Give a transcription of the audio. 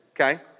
Okay